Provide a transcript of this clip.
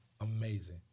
amazing